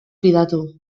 fidatu